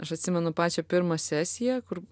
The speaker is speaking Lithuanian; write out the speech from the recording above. aš atsimenu pačią pirmą sesiją kur